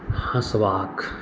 हँसबाक